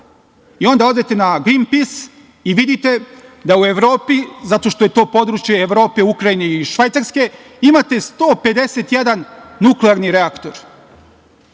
i onda odete na Grin pis i vidite da u Evropi, zato što je to područje Evrope, Ukrajine i Švajcarske, imate 151 nuklearni reaktor.